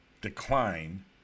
decline